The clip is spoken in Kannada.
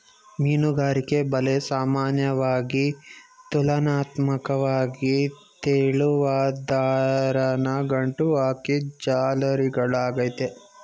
ಮೀನುಗಾರಿಕೆ ಬಲೆ ಸಾಮಾನ್ಯವಾಗಿ ತುಲನಾತ್ಮಕ್ವಾಗಿ ತೆಳುವಾದ್ ದಾರನ ಗಂಟು ಹಾಕಿದ್ ಜಾಲರಿಗಳಾಗಯ್ತೆ